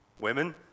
Women